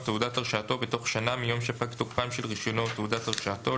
את תעודת הרשאתו בתוך שנה מיום שפג תוקפם של רישיונו או תעודת הרשאתו,